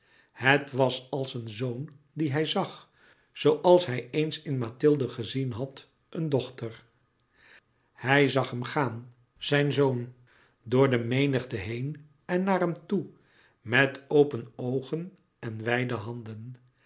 het was als een zoon dien hij zag zooals hij eens in mathilde gezien had een dochter hij zag hem gaan zijn zoon door de menigte heen en naar hem toe met open oogen en wijde handen